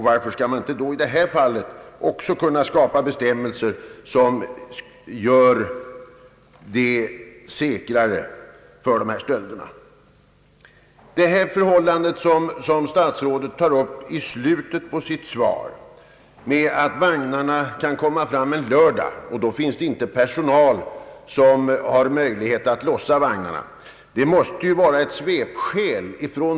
Varför skall man då inte också i det här fallet kunna skapa bestämmelser som försvårar dessa stölder? I slutet av sitt svar tog statsrådet upp det förhållandet att järnvägsvagnarna kan komma fram till respektive stationer på en lördag, då personal att lossa vagnarna inte finns tillgänglig.